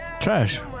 Trash